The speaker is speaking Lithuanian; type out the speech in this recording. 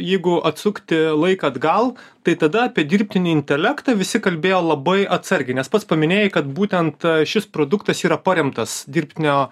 jeigu atsukti laiką atgal tai tada apie dirbtinį intelektą visi kalbėjo labai atsargiai nes pats paminėjai kad būtent šis produktas yra paremtas dirbtinio